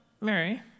Mary